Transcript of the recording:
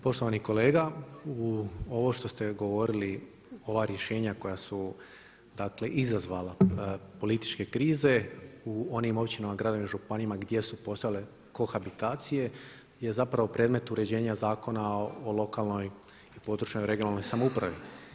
Poštovani kolega, ovo što ste govorili, ova rješenja koja su dakle izazvala političke krize u onim općinama, gradovima, županijama gdje su postojale kohabitacije je zapravo predmet uređenja Zakona o lokalnoj i područnoj regionalnoj samoupravi.